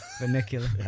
Vernacular